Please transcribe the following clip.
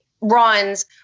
runs